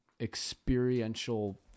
experiential